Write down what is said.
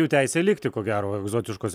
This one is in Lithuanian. jų teisė likti ko gero egzotiškuose